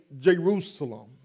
Jerusalem